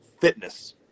fitness